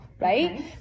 right